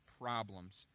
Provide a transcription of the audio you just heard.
problems